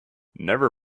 never